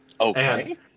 Okay